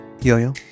Yo-yo